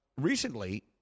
recently